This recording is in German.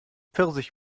pfirsich